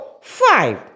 five